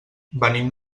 venim